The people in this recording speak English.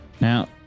Now